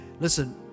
Listen